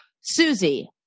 Susie